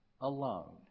alone